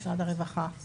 משרד הרווחה.